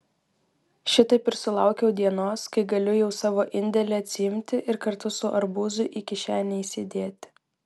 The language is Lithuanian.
šitaip ir sulaukiu dienos kai galiu jau savo indėlį atsiimti ir kartu su arbūzu į kišenę įsidėti